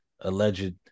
alleged